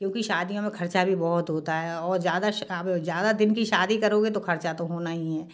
क्योंकि शादियों मे ख़र्चा भी बहुत होता है और ज़्यादा अब ज़्यादा दिन की शादी करोगे तो ख़र्चा तो होना ही है